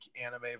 anime